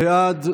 בעד,